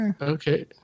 Okay